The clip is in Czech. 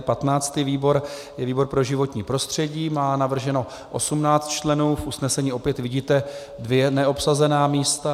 Patnáctý výbor je výbor pro životní prostředí, má navrženo 18 členů, v usnesení opět vidíte dvě neobsazená místa.